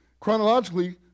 Chronologically